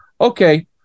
okay